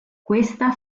questa